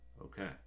Okay